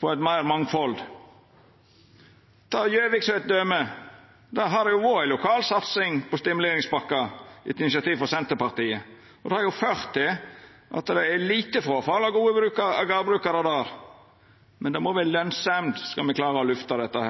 på eit større mangfald? Ta Gjøvik som eit døme – der har det vore ei lokal satsing på stimuleringspakkar etter initiativ frå Senterpartiet. Det har ført til at det er lite fråfall av gardbrukarar der. Men det må vera lønsemd om ein skal klara å lyfta dette.